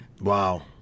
wow